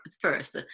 first